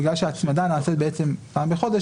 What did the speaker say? בגלל שההצמדה נעשית פעם בחודש,